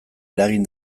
eragin